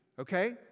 Okay